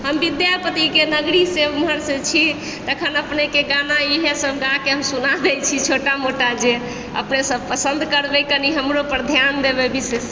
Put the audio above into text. हम विद्यापतिके नगरीसँ ओमहरसँ छी तखन अपनेके गाना इएह सब गाके हम सुना दै छी छोटा मोटा जे अपने सब पसन्द करबय कनि हमरोपर ध्यान देबय विशेष